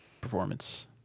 performance